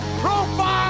profile